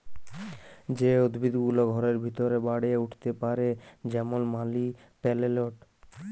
যে উদ্ভিদ গুলা ঘরের ভিতরে বাড়ে উঠ্তে পারে যেমল মালি পেলেলট